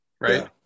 right